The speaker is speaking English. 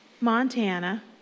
Montana